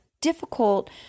difficult